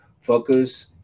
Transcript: Focus